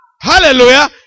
Hallelujah